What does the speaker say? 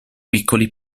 piccoli